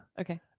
Okay